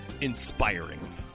inspiring